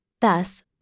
Thus